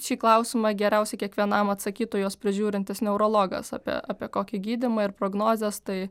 šį klausimą geriausiai kiekvienam atsakytų juos prižiūrintis neurologas apie apie kokį gydymą ir prognozes tai